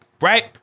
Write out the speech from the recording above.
Right